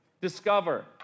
Discover